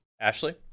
Ashley